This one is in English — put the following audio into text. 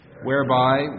whereby